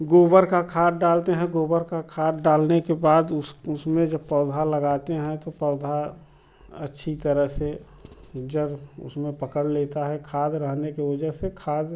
गोबर का खाद डालते हैं गोबर का खाद डालने के बाद उस उसमें जब पौधा लगाते हैं तो पौधा अच्छी तरह से जड़ उसमें पकड़ लेता है खाद रहने के वजह से खाद